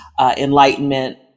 enlightenment